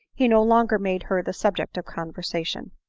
he no longer made her the subject of conversation.